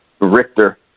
Richter